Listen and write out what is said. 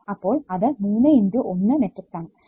ഇപ്പോൾ അത് 3 × 1 മെട്രിക്സ് ആണ്